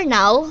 now